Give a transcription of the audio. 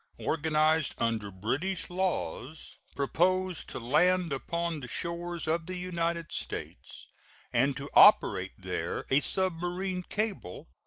organized under british laws, proposed to land upon the shores of the united states and to operate there a submarine cable,